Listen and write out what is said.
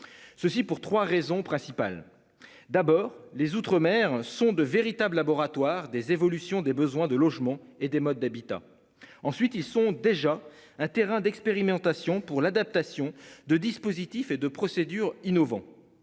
Ceci pour 3 raisons principales, d'abord les Outre-mer sont de véritables laboratoires des évolutions des besoins de logements et des modes d'habitats, ensuite ils sont déjà un terrain d'expérimentation pour l'adaptation de dispositifs et de procédures innovant.